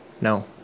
No